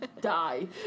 die